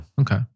Okay